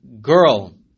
girl